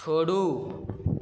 छोड़ू